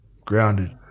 grounded